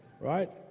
Right